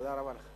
תודה רבה.